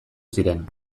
ziren